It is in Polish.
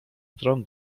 stron